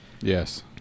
Yes